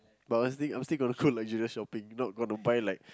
but I was think I was thinking of cloths like Judas shopping not going to buy like